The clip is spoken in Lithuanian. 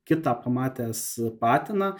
kitą pamatęs patiną